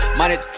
money